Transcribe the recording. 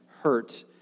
hurt